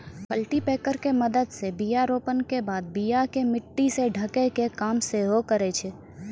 cultipacker के मदत से बीया रोपला के बाद बीया के मट्टी से ढकै के काम सेहो करै छै